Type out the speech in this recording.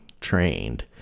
trained